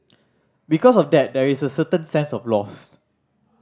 because of that there is a certain sense of loss